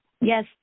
Yes